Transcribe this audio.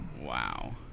Wow